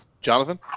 Jonathan